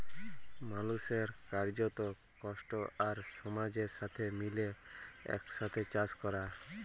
মালুসের কার্যত, কষ্ট আর সমাজের সাথে মিলে একসাথে চাস ক্যরা